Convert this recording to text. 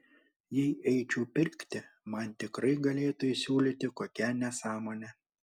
jei eičiau pirkti man tikrai galėtų įsiūlyti kokią nesąmonę